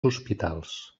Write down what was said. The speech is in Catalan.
hospitals